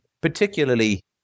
particularly